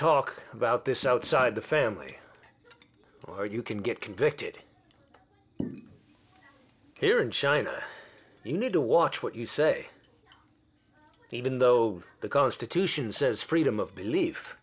talk about this outside the family or you can get convicted here in china you need to watch what you say even though the constitution says freedom of belief